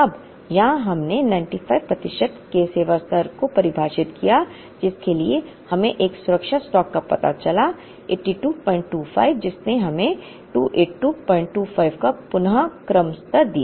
अब यहाँ हमने 95 प्रतिशत के सेवा स्तर को परिभाषित किया जिसके लिए हमें एक सुरक्षा स्टॉक का पता चला 8225 जिसने हमें 28225 का पुन क्रम स्तर दिया